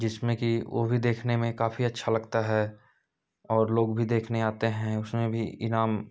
जिसमें कि वह भी देखने में काफ़ी अच्छा लगता है और लोग भी देखने आते हैं उसमें भी इनाम